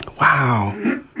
Wow